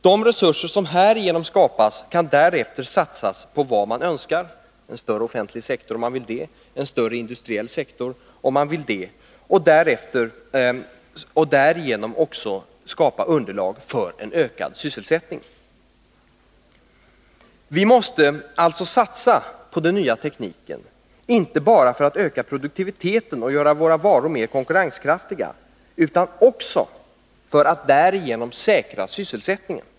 De resurser som härigenom skapas kan därefter satsas på vad man önskar — en större offentlig sektor om man vill det, en större industriell sektor om man vill det — för att på det viset också skapa underlag för en ökad sysselsättning. Vi måste alltså satsa på den nya tekniken, inte bara för att öka produktiviteten och göra våra varor mer konkurrenskraftiga, utan också för att därigenom säkra sysselsättningen.